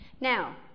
Now